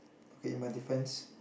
okay in my defense